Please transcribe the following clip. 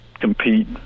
compete